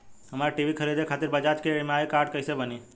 हमरा टी.वी खरीदे खातिर बज़ाज़ के ई.एम.आई कार्ड कईसे बनी?